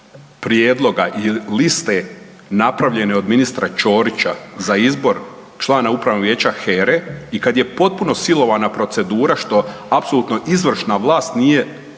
prijedloga i liste napravljene od ministra Ćorića za izbor člana Upravnog vijeća HERE i kad je potpuno silovana procedura što apsolutno izvršna vlast nije